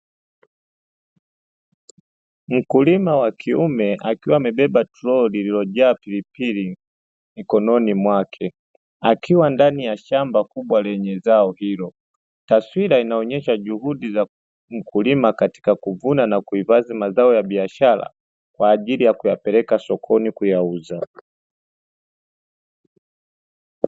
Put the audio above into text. Mkulima wa kiume akiwa amebeba toroli lililojaa pilipili mikononi mwake; akiwa ndani ya shamba kubwa lenye zao hilo, taswira inaonesha juhudi za mkulima katika kuvuna na kuhifadhi mazao ya biashara kwa ajili ya kuyapeleka sokoni kuyauza.